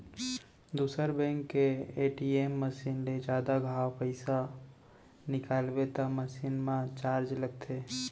दूसर बेंक के ATM machine ले जादा घांव पइसा निकालबे त महिना म चारज लगथे